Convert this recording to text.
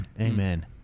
Amen